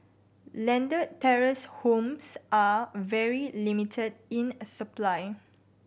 landed terrace homes are very limited in a supply